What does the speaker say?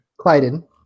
Clyden